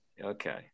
Okay